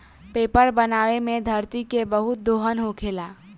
paper बनावे मे धरती के बहुत दोहन होखेला